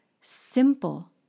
Simple